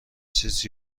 چیز